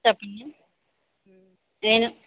చెప్పండి నేను